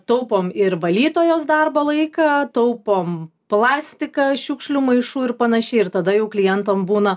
taupom ir valytojos darbo laiką taupom plastiką šiukšlių maišų ir panašiai ir tada jau klientam būna